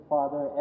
Father